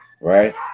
right